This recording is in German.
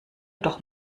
doch